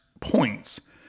points